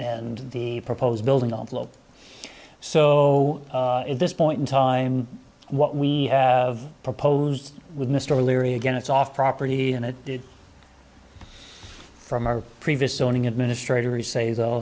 and the proposed building so at this point in time what we have proposed with mr leary again it's off property and it did from our previous owning administrators say though